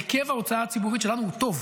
הרכב ההוצאה הציבורית שלנו הוא טוב.